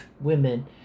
women